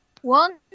one